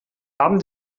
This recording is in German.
haben